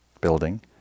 building